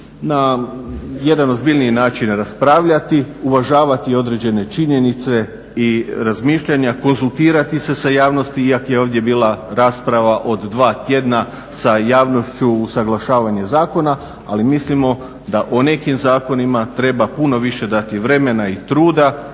na jedan ozbiljniji način raspravljati, uvažavati određene činjenice i razmišljanja, konzultirati se sa javnosti iako je ovdje bila rasprava od dva tjedna sa javnošću usuglašavanje zakona. Ali mislimo da o nekim zakonima treba puno više dati vremena i truda